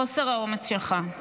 חוסר האומץ שלך,